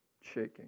shaking